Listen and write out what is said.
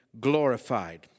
glorified